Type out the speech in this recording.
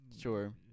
Sure